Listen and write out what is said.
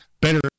better